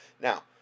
now